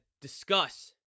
discuss